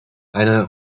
eine